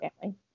family